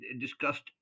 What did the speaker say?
discussed